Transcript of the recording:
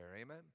Amen